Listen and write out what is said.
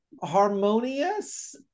harmonious